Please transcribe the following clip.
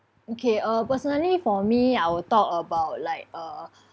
okay uh personally for me I will talk about like uh